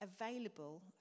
available